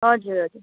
हजुर हजुर